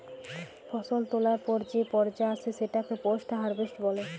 ফসল তোলার পর যে পর্যা আসে সেটাকে পোস্ট হারভেস্ট বলে